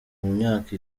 myaka